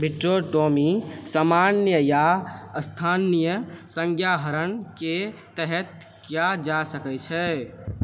vitrectomy सामान्य या स्थानीय संज्ञाहरणके तहत कए जा सकैत छै